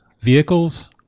Vehicles